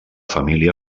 família